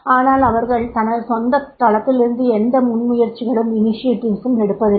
ஆனால் அவர்கள் தனது சொந்தத் தளத்திலிருந்து எந்த முன்முயற்சிகளும் எடுப்பதில்லை